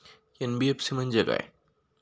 NBFC म्हणजे काय?